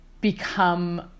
become